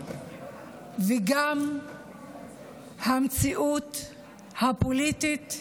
וגם המציאות הפוליטית.